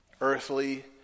Earthly